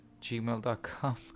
gmail.com